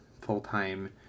full-time